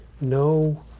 no